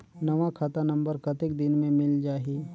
नवा खाता नंबर कतेक दिन मे मिल जाही?